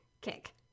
kick